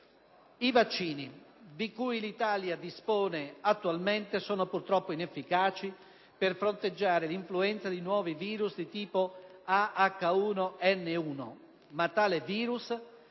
I vaccini di cui l'Italia attualmente dispone sono purtroppo inefficaci per fronteggiare l'influenza da nuovi virus di tipo A H1N1, ma tale virus